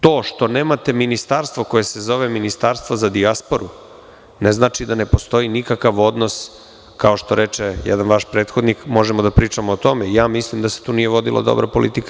To što nemate ministarstvo koje se zove Ministarstvo za dijasporu, ne znači da ne postoji nikakav odnos kao što reče jedan vaš prethodnik, možemo da vidimo po tome i ja mislim da se tu nije vodila dobra politika.